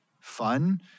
fun